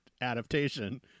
adaptation